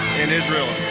in israel.